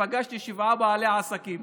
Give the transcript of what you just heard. פגשתי שבעה בעלי עסקים